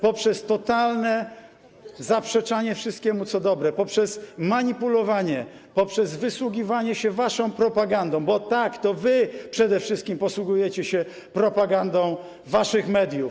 To poprzez totalne zaprzeczanie wszystkiemu, co dobre, poprzez manipulowanie, poprzez wysługiwanie się waszą propagandą, bo tak, to wy przede wszystkim posługujecie się propagandą waszych mediów.